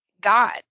God